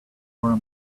where